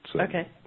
Okay